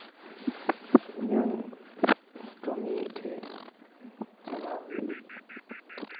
ᱤᱧᱟᱹᱝ ᱠᱟᱹᱢᱤ ᱰᱷᱮᱨ ᱪᱟᱞᱟᱣ ᱦᱩᱭᱩᱜ